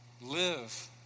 Live